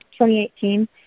2018